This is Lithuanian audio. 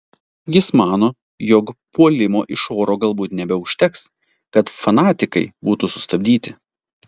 jis mano jog puolimo iš oro galbūt nebeužteks kad fanatikai būtų sustabdyti